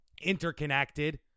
interconnected